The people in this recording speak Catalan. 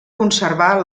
conservar